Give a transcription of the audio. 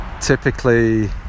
typically